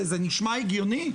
נשמע הגיוני?